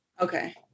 Okay